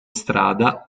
strada